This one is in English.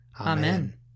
Amen